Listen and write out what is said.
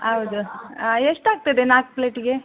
ಹೌದು ಎಷ್ಟಾಗ್ತದೆ ನಾಲ್ಕು ಪ್ಲೇಟಿಗೆ